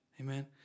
Amen